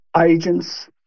agents